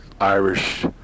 Irish